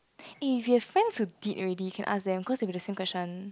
if you have friends who did already can ask them cause it will be the same question